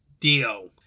deal